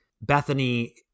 Bethany